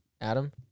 Adam